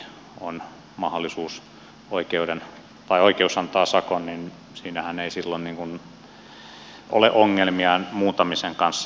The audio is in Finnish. niihinhän kun sitten taas tietysti oikeus antaa sakon niin siinähän ei silloin ole ongelmia muuntamisen kanssa